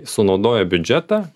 sunaudojo biudžetą